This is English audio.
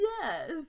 Yes